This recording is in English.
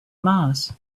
mars